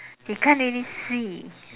he can't really see